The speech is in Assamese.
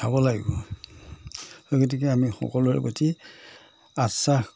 খাব লাগিব সেই গতিকে আমি সকলোৰে প্ৰতি আশ্বাস